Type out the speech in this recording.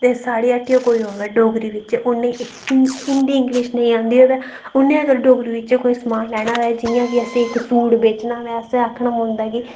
कि साढ़िया हट्टिया अवै कोई डोगरी बिच्च हिन्दी इंगलिश अगर नेईं औंदी होऐ उनै अगर डोगरी च कोई समान लैना होऐ जियां कि असैं इक सूट बेचना होऐ असैं आक्खना पौंदा कि